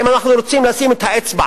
אם אנחנו רוצים לשים את האצבע,